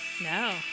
No